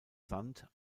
sand